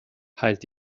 halt